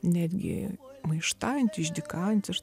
netgi maištaujanti išdykaujanti ir